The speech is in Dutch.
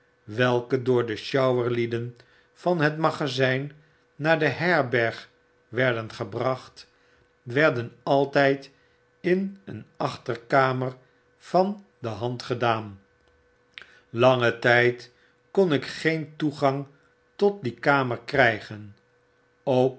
welke door de sjouwerlieden van net magazyn naar de herberg werden gebracht werden altyd in een achterkamer van de hand gedaan langen tyd kon ik geen toegang tot die kamer krygen ook